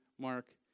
Mark